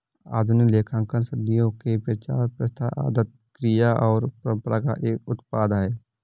आधुनिक लेखांकन सदियों के विचार, प्रथा, आदत, क्रिया और परंपरा का एक उत्पाद है